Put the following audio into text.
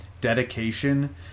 dedication